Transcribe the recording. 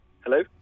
Hello